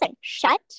Shut